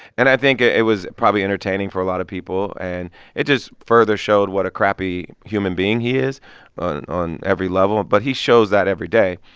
and i think it it was probably entertaining for a lot of people, and it just further showed what a crappy human being he is on on every level, but he shows that every day.